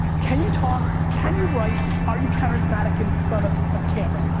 can you talk, can you write, are you charismatic in front of a camera?